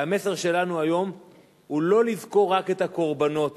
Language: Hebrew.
והמסר שלנו היום הוא לא לזכור רק את הקורבנות